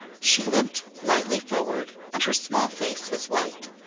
she limped lightly forward and her small face was white,